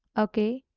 ok,